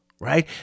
right